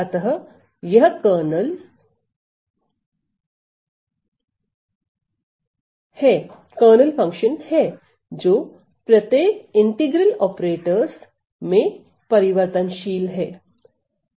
अतः यह kernel function है जो प्रत्येक इंटीग्रल ऑपरेटरस में परिवर्तनशील है